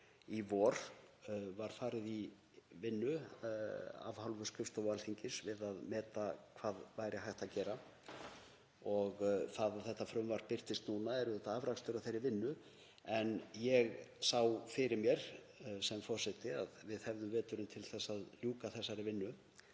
í vor var farið í vinnu af hálfu skrifstofu Alþingis við að meta hvað væri hægt að gera og það að þetta frumvarp birtist núna er auðvitað afrakstur af þeirri vinnu. Ég sá fyrir mér sem forseti að við hefðum veturinn til að ljúka þessari vinnu.